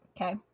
Okay